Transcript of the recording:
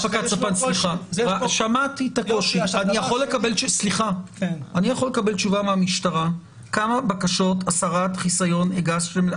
יכול לקבל תשובה מהמשטרה כמה בקשות הסרת חיסיון הגשתם?